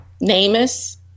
NamUs